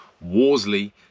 Worsley